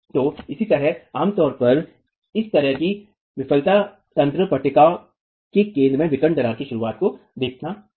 तो इसी तरह आमतौर पर इस तरह की विफलता तंत्र पट्टिका के केंद्र में विकर्ण दरार की शुरुआत को देखता है